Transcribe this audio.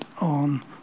on